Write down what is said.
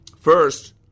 First